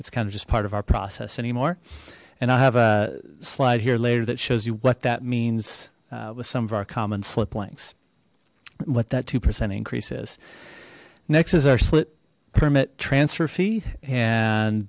it's kind of just part of our process anymore and i have a slide here later that shows you what that means with some of our common slip lengths what that two percent increase is next is our slip permit transfer fee and